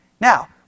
Now